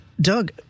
Doug